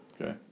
Okay